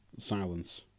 silence